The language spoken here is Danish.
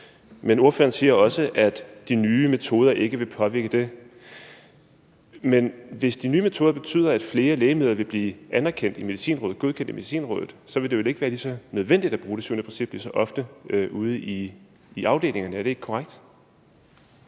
Men ordføreren siger også, at de nye metoder ikke vil påvirke det. Men hvis de nye metoder betyder, at flere lægemidler vil blive godkendt af Medicinrådet, vil det jo ikke være lige så nødvendigt at bruge det syvende princip lige så ofte ude i afdelingerne. Er det ikke korrekt?